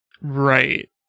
Right